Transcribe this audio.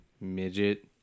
midget